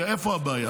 כי איפה הבעיה?